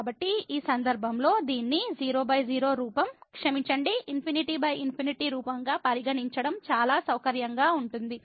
కాబట్టి ఈ సందర్భంలో దీన్ని 00 రూపం క్షమించండి ∞∞ రూపంగా పరిగణించడం చాలా సౌకర్యంగా ఉంటుంది